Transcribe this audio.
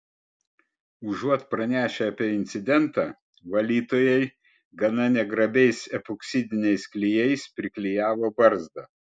užuot pranešę apie incidentą valytojai gana negrabiai epoksidiniais klijais priklijavo barzdą